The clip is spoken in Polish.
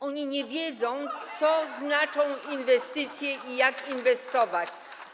Oni nie wiedzą, co znaczą inwestycje i jak inwestować.